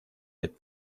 had